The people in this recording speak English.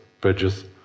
bridges